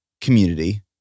community